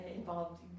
involved